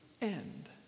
end